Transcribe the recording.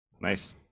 Nice